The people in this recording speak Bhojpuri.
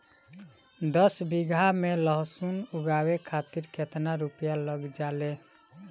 दस बीघा में लहसुन उगावे खातिर केतना रुपया लग जाले?